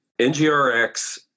NGRX